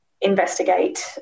investigate